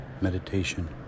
meditation